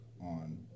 on